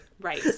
right